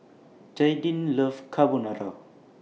Jaidyn loves Carbonara